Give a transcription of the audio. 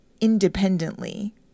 independently